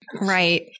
Right